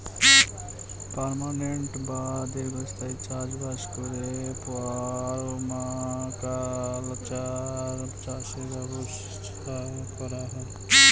permanent বা দীর্ঘস্থায়ী চাষ বাস করে পারমাকালচার চাষের ব্যবস্থা করা হয়